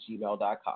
gmail.com